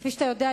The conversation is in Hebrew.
כפי שאתה יודע,